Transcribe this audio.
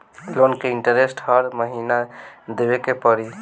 Loan के interest हर महीना देवे के पड़ी?